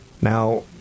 Now